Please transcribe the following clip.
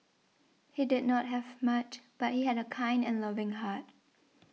he did not have much but he had a kind and loving heart